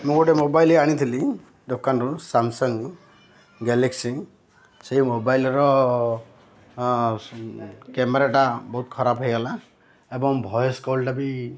ମୁଁ ଗୋଟେ ମୋବାଇଲ ଆଣିଥିଲି ଦୋକାନରୁ ସାମସଙ୍ଗ ଗ୍ୟାଲେକ୍ସି ସେଇ ମୋବାଇଲର କ୍ୟାମେରାଟା ବହୁତ ଖରାପ ହେଇଗଲା ଏବଂ ଭଏସ କଲ୍ଟା ବି